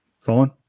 Fine